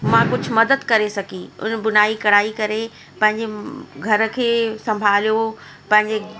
मां कुझु मदद करे सघी हुन बुनाई कढ़ाई करे पंहिंजे घर खे संभालियो पंहिंजे